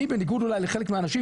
אני בניגוד אולי לחלק מהאנשים,